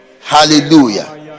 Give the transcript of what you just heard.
Hallelujah